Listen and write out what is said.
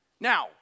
Now